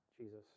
Jesus